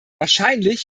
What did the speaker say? wahrscheinlich